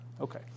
Okay